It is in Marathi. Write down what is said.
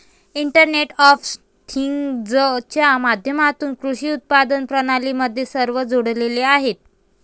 इंटरनेट ऑफ थिंग्जच्या माध्यमातून कृषी उत्पादन प्रणाली मध्ये सर्व जोडलेले आहेत